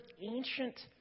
ancient